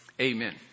Amen